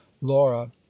laura